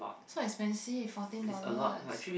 so expensive fourteen dollars